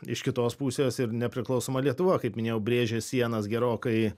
iš kitos pusės ir nepriklausoma lietuva kaip minėjau brėžė sienas gerokai